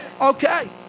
Okay